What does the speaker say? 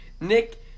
Nick